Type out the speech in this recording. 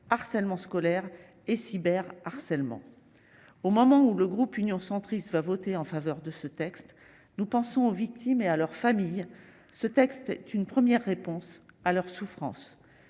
harcèlement scolaire et cyber harcèlement au moment où le groupe Union centriste va voter en faveur de ce texte, nous pensons aux victimes et à leurs familles, ce texte est une première réponse à leurs souffrances